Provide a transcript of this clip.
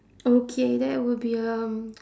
okay that will be um